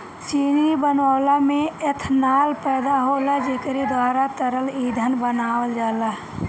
चीनी बनवले में एथनाल पैदा होला जेकरे द्वारा तरल ईंधन बनावल जाला